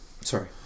Sorry